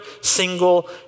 single